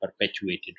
perpetuated